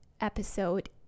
episode